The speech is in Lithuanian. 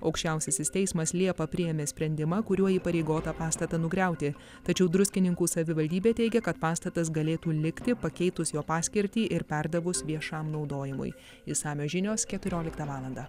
aukščiausiasis teismas liepą priėmė sprendimą kuriuo įpareigota pastatą nugriauti tačiau druskininkų savivaldybė teigia kad pastatas galėtų likti pakeitus jo paskirtį ir perdavus viešam naudojimui išsamios žinios keturioliktą valandą